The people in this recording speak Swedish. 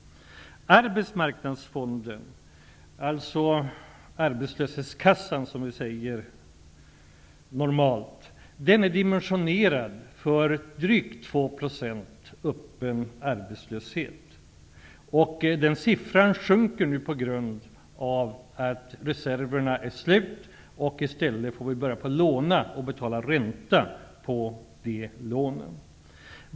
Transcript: Arbetsmarknadsfonden eller, som vi normalt säger, arbetslöshetskassan är dimensionerad för drygt 2 % öppen arbetslöshet. Det talet sjunker nu på grund av att reserverna är slut. I stället får vi börja låna medel och betala ränta på dessa lån.